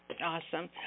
Awesome